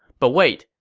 but wait,